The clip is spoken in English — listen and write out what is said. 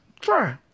Try